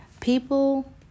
People